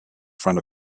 front